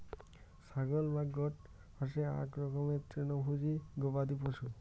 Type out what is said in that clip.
ছাগল বা গোট হসে আক রকমের তৃণভোজী গবাদি পশু